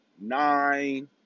nine